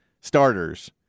starters